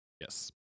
Yes